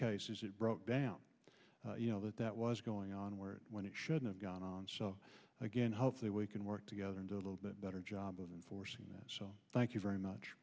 cases it broke down you know that that was going on where when it should have gone on so again hopefully we can work together and do a little bit better job of enforcing that so thank you very much